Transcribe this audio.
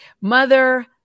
mother